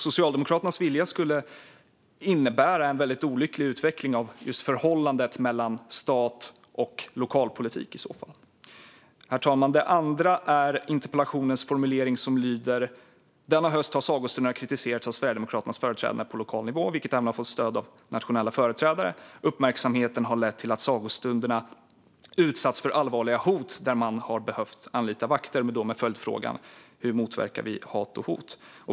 Socialdemokraternas vilja skulle innebära en olycklig utveckling av just förhållandet mellan stat och lokalpolitik. Herr talman! Den andra saken är följande formulering i interpellationen: "Denna höst har sagostunderna kritiserats av Sverigedemokraternas företrädare på lokal nivå, vilket även fått stöd av nationella företrädare. Uppmärksamheten har lett till att sagostunderna utsatts för allvarliga hot där man har behövt anlita vakter." Följdfrågan blir: Hur motverkar vi hat och hot?